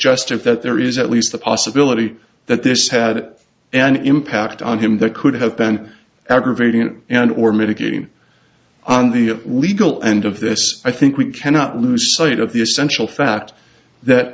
suggestive that there is at least the possibility that this had an impact on him that could have been aggravating and or mitigating on the legal end of this i think we cannot lose sight of the essential fact that